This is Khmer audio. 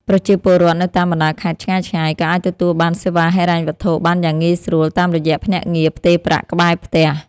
ប្រជាពលរដ្ឋនៅតាមបណ្តាខេត្តឆ្ងាយៗក៏អាចទទួលបានសេវាហិរញ្ញវត្ថុបានយ៉ាងងាយស្រួលតាមរយៈភ្នាក់ងារផ្ទេរប្រាក់ក្បែរផ្ទះ។